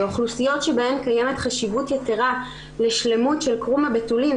באוכלוסיות שבהן קיימת חשיבות יתרה לשלמות של קרום הבתולין,